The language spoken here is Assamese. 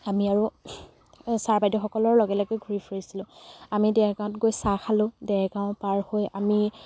আমি আৰু ছাৰ বাইদেউসকলৰ লগে লগে ঘূৰি ফুৰিছিলো আমি দেৰগাঁৱত গৈ চাহ খালোঁ দেৰগাঁও পাৰ হৈ আমি